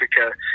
Africa